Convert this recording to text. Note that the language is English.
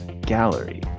Gallery